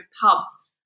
pubs